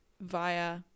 via